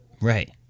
Right